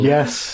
Yes